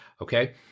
okay